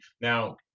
Now